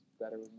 better